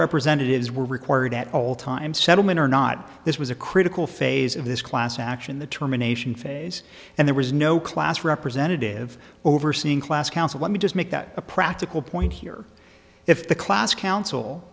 representatives were required at all times settlement or not this was a critical phase of this class action the termination phase and there was no class representative overseeing class council let me just make that a practical point here if the class council